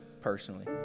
personally